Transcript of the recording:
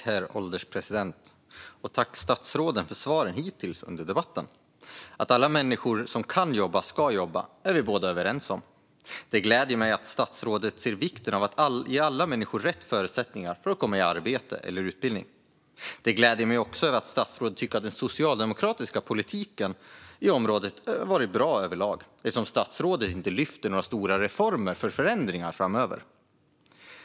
Herr ålderspresident! Jag tackar statsrådet för svaren hittills under debatten. Att alla människor som kan jobba ska jobba är vi båda överens om. Det gläder mig att statsrådet ser vikten av att ge alla människor rätt förutsättningar för att komma i arbete eller utbildning. Det gläder mig också att statsrådet tycker att den socialdemokratiska politiken på området varit bra överlag eftersom statsrådet inte lyfter fram några stora reformer eller förändringar framöver.